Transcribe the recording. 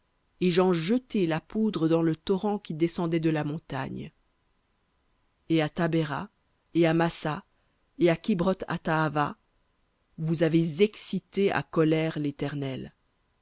et j'en jetai la poudre dans le torrent qui descendait de la montagne et à tabhéra et à massa et à kibroth hattaava vous avez excité à colère l'éternel